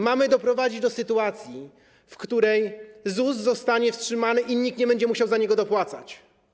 Mamy doprowadzić do sytuacji, w której ZUS zostanie wstrzymany i nikt nie będzie musiał za niego dopłacać.